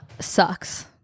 sucks